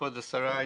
כבוד השרה,